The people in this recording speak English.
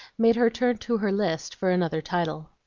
made her turn to her list for another title.